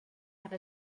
have